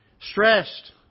Stressed